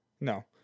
No